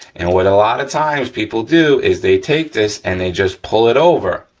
and what, a lot of times, people do, is they take this, and they just pull it over,